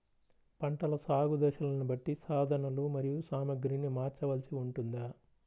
పంటల సాగు దశలను బట్టి సాధనలు మరియు సామాగ్రిని మార్చవలసి ఉంటుందా?